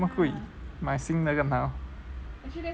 这么贵买新的更好